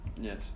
Yes